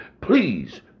Please